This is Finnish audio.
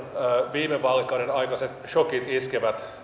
viime vaalikauden aikaiset sokit iskevät